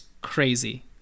crazy